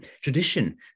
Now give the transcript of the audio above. tradition